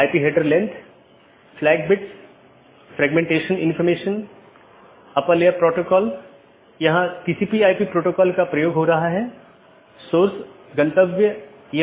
सत्र का उपयोग राउटिंग सूचनाओं के आदान प्रदान के लिए किया जाता है और पड़ोसी जीवित संदेश भेजकर सत्र की स्थिति की निगरानी करते हैं